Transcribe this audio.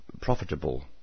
profitable